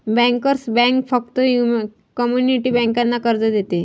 bankers bank फक्त community बँकांना कर्ज देते